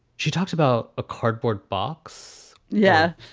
she talks about a cardboard box. yeah,